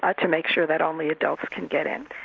ah to make sure that only adults can get in.